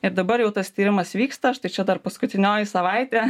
ir dabar jau tas tyrimas vyksta štai čia dar paskutinioji savaitė